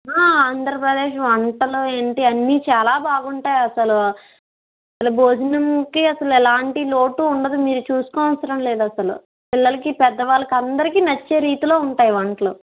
ఆంధ్రప్రదేశ్ వంటలు ఏంటి అన్ని చాలా బాగుంటాయి అసలు భోజనంకి అసలు ఎలాంటి లోటు ఉండదు మీరు చుసుకోనవసరం లేదు అసలు పిల్లలకి పెద్దవాళ్ళకి అందరికి నచ్చే రీతిలో ఉంటాయి వంటలు